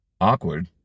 Awkward